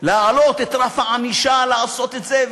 להעלות את רף הענישה, לעשות את זה.